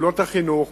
פעולות החינוך,